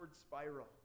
spiral